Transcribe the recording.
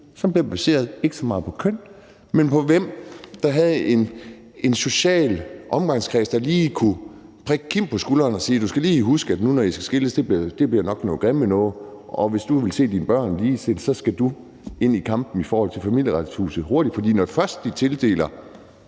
som ikke så meget er baseret på køn, men på, hvem der havde en social omgangskreds, der lige kunne prikke Kim på skulderen og sige: Du skal lige huske, at nu, når I skal skilles, bliver det nok noget grimt noget, og hvis du vil se dine børn ligestillet, skal du hurtigt ind i kampen i forhold til Familieretshuset, for når først de tildeler